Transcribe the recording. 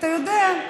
אתה יודע,